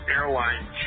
Airline